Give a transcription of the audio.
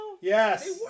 Yes